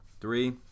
three